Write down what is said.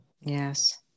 Yes